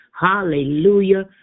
Hallelujah